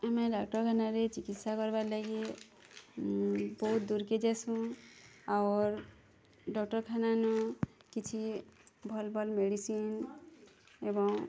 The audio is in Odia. ଆମେ ଡ଼ାକ୍ଟରଖାନାରେ ଚିକିତ୍ସା କର୍ବା ଲାଗି ବହୁତ୍ ଦୂର୍କେ ଯାସୁଁ ଅର୍ ଡ଼ାକ୍ଟରଖାନାନୁ କିଛି ଭଲ୍ ଭଲ୍ ମେଡ଼ିସିନ୍ ଏବଂ